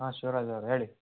ಹಾಂ ಶಿವರಾಜ್ ಅವರೆ ಹೇಳಿ